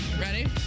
Ready